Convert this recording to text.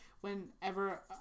Whenever